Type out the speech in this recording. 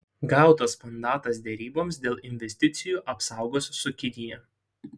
gautas mandatas deryboms dėl investicijų apsaugos su kinija